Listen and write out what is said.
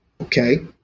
okay